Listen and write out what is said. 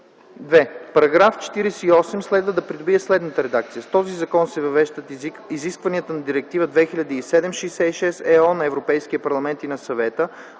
2. Параграф 48 следва да придобие следната редакция: „С този закон се въвеждат изискванията на Директива 2007/66/ЕО на Европейския парламент и на Съвета